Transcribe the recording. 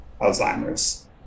Alzheimer's